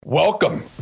Welcome